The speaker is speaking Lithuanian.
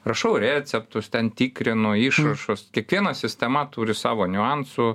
rašau receptus ten tikrinu išrašus kiekviena sistema turi savo niuansų